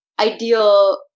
ideal